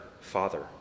father